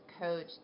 Coach